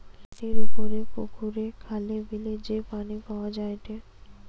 মাটির উপরে পুকুরে, খালে, বিলে যে পানি পাওয়া যায়টে